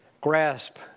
grasp